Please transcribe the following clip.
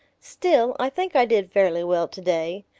still, i think i did fairly well today.